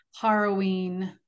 harrowing